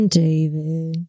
david